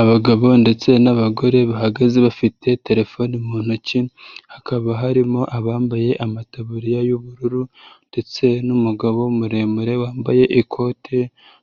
Abagabo ndetse n'abagore bahagaze bafite telefone mu ntoki hakaba harimo abambaye amataburiya y'ubururu ndetse n'umugabo muremure wambaye ikote